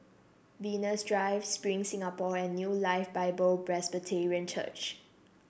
Venus Drive Spring Singapore and New Life Bible Presbyterian Church